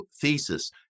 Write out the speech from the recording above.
thesis